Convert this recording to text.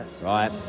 Right